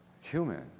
human